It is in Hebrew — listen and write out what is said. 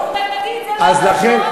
עובדתית זה לא נכון.